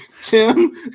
Tim